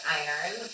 iron